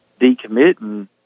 decommitting